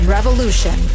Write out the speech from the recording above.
Revolution